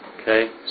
Okay